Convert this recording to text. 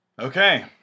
Okay